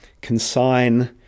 consign